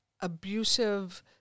abusive